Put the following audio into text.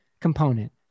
component